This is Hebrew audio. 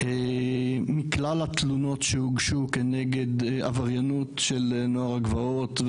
מכלל התלונות שהוגשו כנגד עבריינות של נוער הגבעות,